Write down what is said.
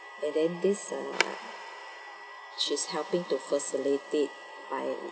and then this ah she's helping to facilitate by